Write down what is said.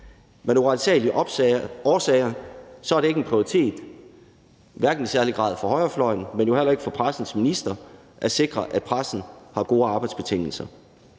Men af uransagelige årsager er det ikke en prioritet, hverken i særlig grad for højrefløjen eller for pressens minister, at sikre, at pressen har gode arbejdsbetingelser.